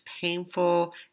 painful